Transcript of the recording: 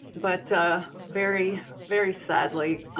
but ah very, very sadly,